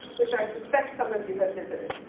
which i suspect some of you have visited.